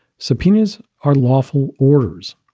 subpoenas are lawful orders,